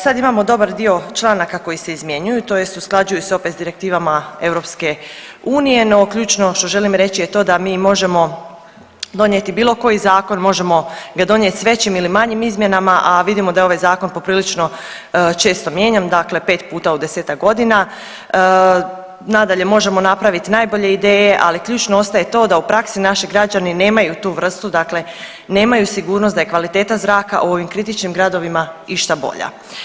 Sad imamo dobar dio članaka koji se izmjenjuju tj. usklađuju se opet s direktivama EU, no ključno što želim reći je to da mi možemo donijeti bilo koji zakon, možemo ga donijet s većim ili manjim izmjenama, a vidimo da je ovaj zakon poprilično često mijenjan, dakle 5 puta u 10-tak godina, nadalje možemo napravit najbolje ideje, ali ključno ostaje to da u praksi naši građani nemaju tu vrstu dakle nemaju sigurnost da je kvaliteta zraka u ovim kritičnim gradovima išta bolja.